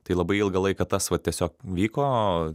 tai labai ilgą laiką tas va tiesiog vyko